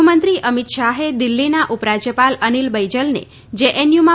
ગૃહમંત્રી અમિત શાહે દિલ્હીના ઉપરાજ્યપાલ અનિલ બૈજલને જેએનયુમાં